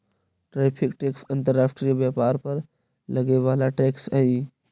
tariff tax अंतर्राष्ट्रीय व्यापार पर लगे वाला टैक्स हई